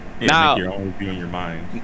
Now